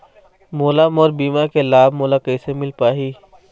मोला मोर बीमा के लाभ मोला किसे मिल पाही?